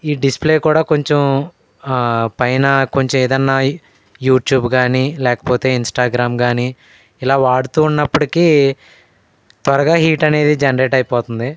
ఈ డిస్ప్లే కూడా కొంచెం పైనా కొంచెం ఏదైనా యూట్యూబ్ కానీ లేకపోతే ఇన్స్టాగ్రామ్ కానీ ఇలా వాడుతూ ఉన్నప్పటికీ త్వరగా హీట్ అనేది జనరేట్ అయిపోతుంది